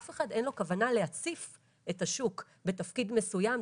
לאף אחד אין כוונה להציף את השוק בתפקיד מסוים,